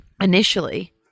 initially